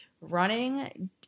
running